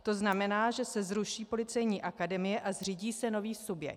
To znamená, že se zruší Policejní akademie a zřídí se nový subjekt.